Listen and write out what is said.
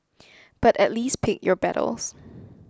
but at least pick your battles